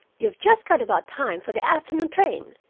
you've just got about time for the afternoon train.